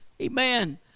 amen